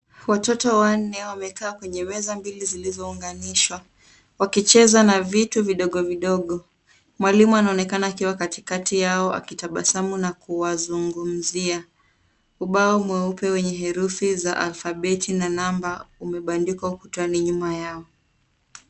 Watoto wanne wamekaa kwenye meza mbili zilizounganishwa. Wakicheza na vitu vidogovidogo. Mwalimu anaonekana akiwa katikati yao, akitabasamu na kuwazungumzia. Ubao mweupe wenye herufi za alfabeti na namba, umebandikwa ukutani nyuma yao.